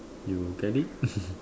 you get it